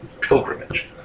pilgrimage